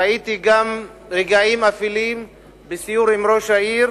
ראיתי גם רגעים אפלים בסיור עם ראש העיר,